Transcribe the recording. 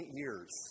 years